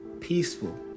peaceful